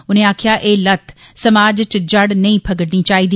उनें आक्खेआ एह् लत समाज च जड़ नेईं फगड़नी चाहिदी